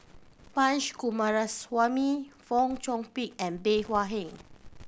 Punch Coomaraswamy Fong Chong Pik and Bey Hua Heng